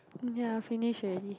ya finished already